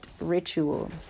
ritual